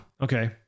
okay